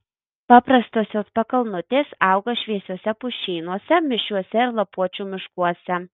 paprastosios pakalnutės auga šviesiuose pušynuose mišriuose ir lapuočių miškuose